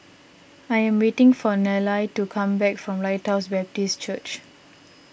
I am waiting for Nellie to come back from Lighthouse Baptist Church